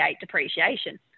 depreciation